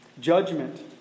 Judgment